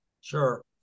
Sure